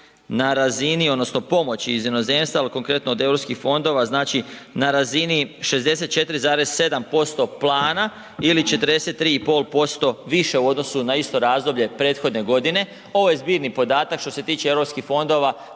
na razini odnosno pomoći iz inozemstva ali konkretno od europskih fondova znači na razini 64,7% plana ili 43,5% više u odnosu na isto razdoblje prethodne godine. Ovo je zbirni podatak što se tiče europskih fondova